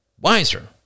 wiser